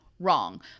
Wrong